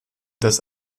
des